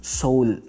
soul